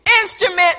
instrument